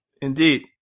Indeed